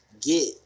get